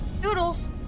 Doodles